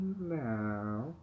now